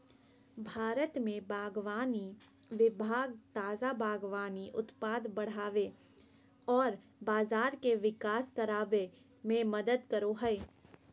भारत में बागवानी विभाग ताजा बागवानी उत्पाद बढ़ाबे औरर बाजार के विकास कराबे में मदद करो हइ